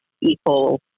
equal